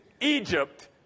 Egypt